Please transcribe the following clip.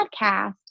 podcast